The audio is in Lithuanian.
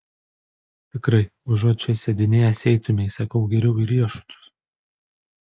tikrai užuot čia sėdinėjęs eitumei sakau geriau į riešutus